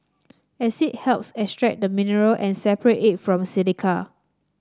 acid helps extract the mineral and separate it from silica